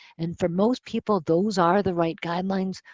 and for most people, those are the right guidelines.